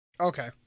Okay